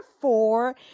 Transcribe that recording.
four